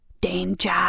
Danger